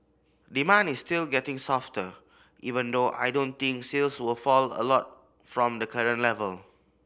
demand is still getting softer even though I don't think sales will fall a lot from the current level